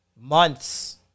months